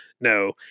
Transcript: No